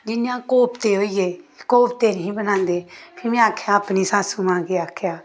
जि'यां कोफ्ते होई गे कोफ्ते नेईं ही बनाने औंदे फ्ही आखेआ अपनी सासू मां गी आखेआ